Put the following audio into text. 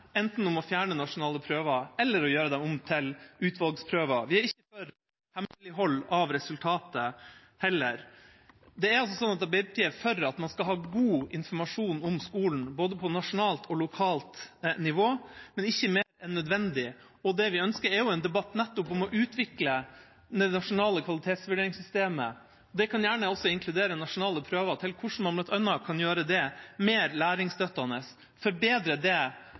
om å fjerne nasjonale prøver eller om å gjøre dem om til utvalgsprøver. Vi er heller ikke for hemmelighold av resultatet. Det er altså sånn at Arbeiderpartiet er for at man skal ha god informasjon om skolen på både nasjonalt og lokalt nivå, men ikke mer enn nødvendig. Det vi ønsker, er en debatt om nettopp å utvikle det nasjonale kvalitetsvurderingssystemet. Det kan gjerne inkludere nasjonale prøver og hvordan man kan gjøre dem mer læringsstøttende og forbedre det